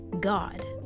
God